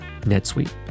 NetSuite